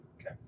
Okay